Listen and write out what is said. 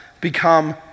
become